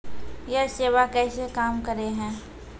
यह सेवा कैसे काम करै है?